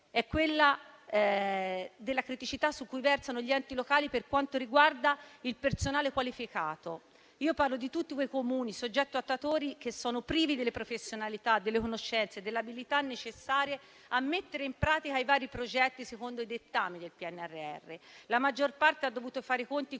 è quella in cui versano gli enti locali per quanto riguarda il personale qualificato. Parlo di tutti quei Comuni soggetti attuatori che sono privi delle professionalità, delle conoscenze e delle abilità necessarie a mettere in pratica i vari progetti secondo i dettami del PNRR. La maggior parte ha dovuto fare i conti